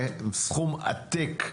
עם סכום עתק,